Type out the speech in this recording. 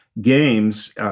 games